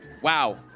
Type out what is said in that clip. Wow